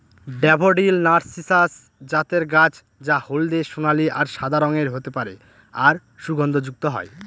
daffodil narcissus জাতের গাছ যা হলদে সোনালী আর সাদা রঙের হতে পারে আর সুগন্ধযুক্ত হয়